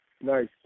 Nice